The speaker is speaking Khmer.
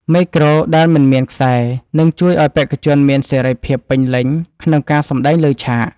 មេក្រូដែលមិនមានខ្សែនឹងជួយឱ្យបេក្ខជនមានសេរីភាពពេញលេញក្នុងការសម្ដែងលើឆាក។